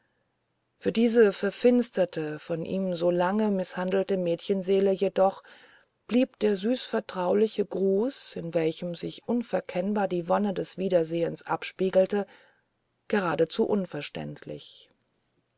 für diese verfinsterte von ihm so lange gemißhandelte mädchenseele jedoch blieb der süßvertrauliche gruß in welchem sich unverkennbar die wonne des wiedersehens abspiegelte geradezu unverständlich